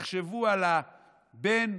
תחשבו על הבן,